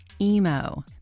emo